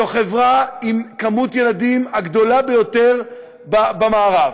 זו חברה עם מספר הילדים הגדול ביותר במערב,